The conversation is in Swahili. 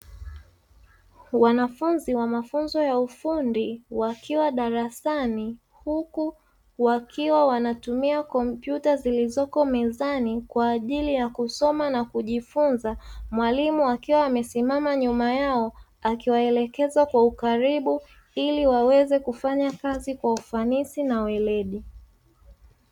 Wanafunzi wa mafunzo ya ufundi wakiwa darasani huku wakiwa wanatumia kompyuta zilizoko mezani kwa ajili ya kusoma na kujifunza, mwalimu akiwa amesimama nyuma yao akiwaelekeza kwa ukaribu ili waweze kufanya kazi kwa ufanisi na weledi.